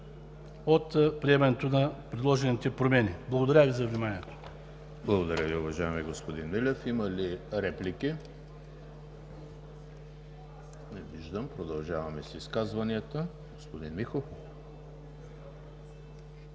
от приемането на предложените промени. Благодаря Ви за вниманието. ПРЕДСЕДАТЕЛ ЕМИЛ ХРИСТОВ: Благодаря Ви, уважаеми господин Милев. Има ли реплики? Не виждам. Продължаваме с изказванията. Господин Михов